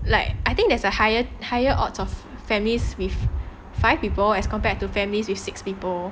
like I think that there's a higher higher odds of families with five people as compared to families with six people